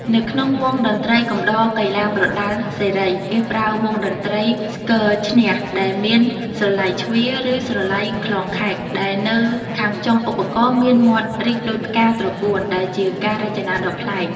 នៅក្នុងវង់តន្ត្រីកំដរកីឡាប្រដាល់សេរី គេប្រើវង់តន្ត្រីស្គរឈ្នះដែលមានស្រឡៃជ្វា ឬស្រឡៃក្លងខែក ដែលនៅខាងចុងឧបករណ៍មានមាត់រីកដូចផ្កាត្រកួន ដែលជាការរចនាដ៏ប្លែក។